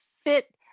fit